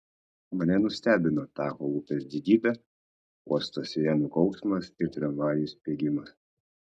mane nustebino tacho upės didybė uosto sirenų kauksmas ir tramvajų spiegimas